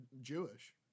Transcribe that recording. Jewish